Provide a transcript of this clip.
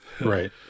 Right